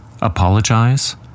Apologize